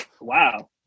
Wow